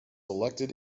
elected